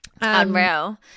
Unreal